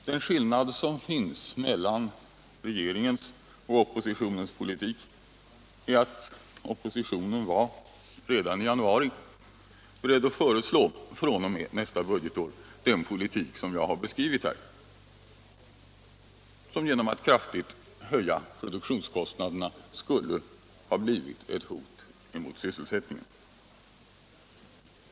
Den skillnad som finns mellan regeringens och oppositionens politik är att oppositionen var, redan i januari, beredd att föreslå fr.o.m. nästa budgetår den politik som jag har beskrivit här och som genom att kraftigt höja produktionskostnaderna skulle ha blivit ett hot mot sysselsättningen.